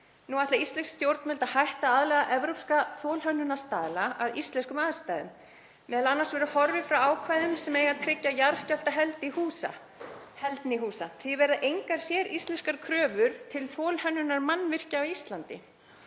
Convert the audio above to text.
glatist. Íslensk stjórnvöld ætla að hætta að aðlaga evrópska þolhönnunarstaðla að íslenskum aðstæðum, m.a. verður horfið frá ákvæðum sem eiga að tryggja jarðskjálftaheldni húsa. Því verða engar séríslenskar kröfur til þolhönnunar mannvirkja á Íslandi.